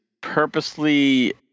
purposely